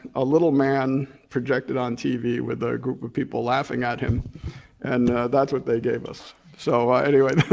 a little man projected on tv with a group of people laughing at him and that's what they gave us. so anyway,